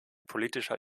politischer